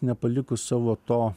nepalikus savo to